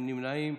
אין נמנעים,